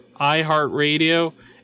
iHeartRadio